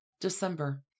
december